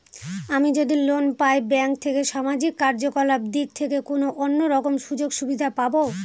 আমি যদি লোন পাই ব্যাংক থেকে সামাজিক কার্যকলাপ দিক থেকে কোনো অন্য রকম সুযোগ সুবিধা পাবো?